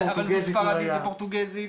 זה ספרדית, זה פורטוגזית.